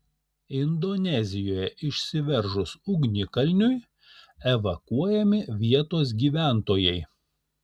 indonezijoje išsiveržus ugnikalniui evakuojami vietos gyventojai